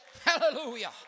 Hallelujah